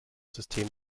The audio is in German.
system